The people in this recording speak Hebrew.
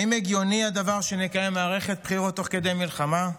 האם הגיוני הדבר שנקיים מערכת בחירות תוך כדי מלחמה?